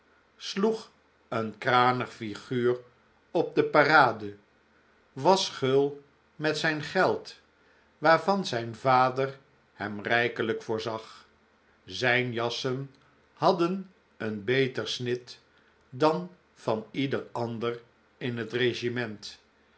sloeg een kranig figuur op de parade was gul met zijn geld waarvan zijn vader hem rijkelijk voorzag zijn jassen hadden een beter snit dan van ieder ander in het regiment